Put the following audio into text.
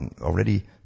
already